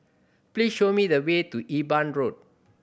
please show me the way to Eben Road